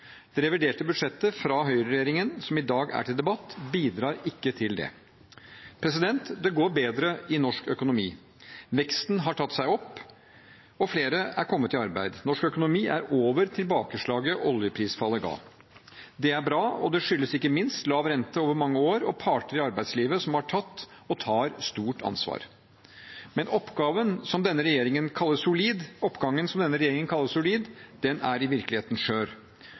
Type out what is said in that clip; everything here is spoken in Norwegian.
Det reviderte budsjettet fra høyreregjeringen som i dag er til debatt, bidrar ikke til det. Det går bedre i norsk økonomi. Veksten har tatt seg opp, og flere er kommet i arbeid. Norsk økonomi er over tilbakeslaget oljeprisfallet ga. Det er bra, og det skyldes ikke minst lav rente over mange år og parter i arbeidslivet som har tatt og tar stort ansvar. Men oppgangen som denne regjeringen kaller solid, er i virkeligheten